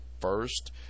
first